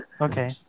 Okay